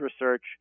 research